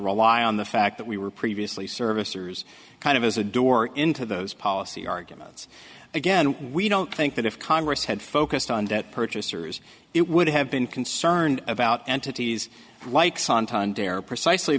rely on the fact that we were previously service or is kind of as a door into those policy arguments again and we don't think that if congress had focused on debt purchasers it would have been concerned about entities